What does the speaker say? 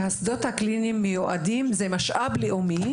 שהשדות הקליניים הם ממש משאב לאומי,